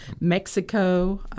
Mexico